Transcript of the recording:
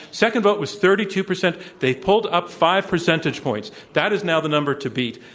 second vote was thirty two percent. they pulled up five percentage points. that is now the number to beat.